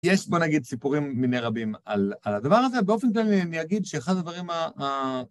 יש בוא נגיד סיפורים מני רבים על הדבר הזה, באופן כללי אני אגיד שאחד הדברים ה...